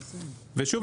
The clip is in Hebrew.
שוב,